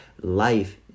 life